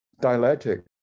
dialectic